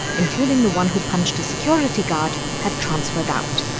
including the one who punched a security guard, have transferred out.